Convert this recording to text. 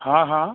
हा हा